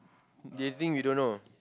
they think we don't know